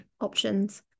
options